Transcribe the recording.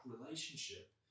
relationship